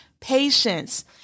Patience